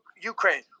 ukraine